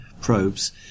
probes